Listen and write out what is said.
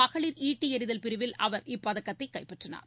மகளிர் ஈட்டி எறிதல் பிரிவில் அவர் இப்பதக்கத்தை கைப்பற்றினார்